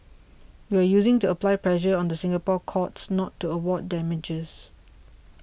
you are using to apply pressure on the Singapore courts not to award damages